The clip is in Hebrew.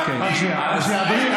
ארגון ברברי, שנייה, שנייה.